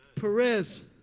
Perez